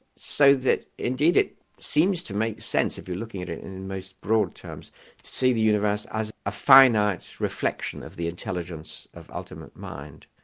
so that indeed it seems to make sense if you're looking at it in the and most broad terms see the universe as a finite reflection of the intelligence of ultimate mind,